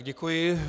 Děkuji.